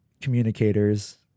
communicators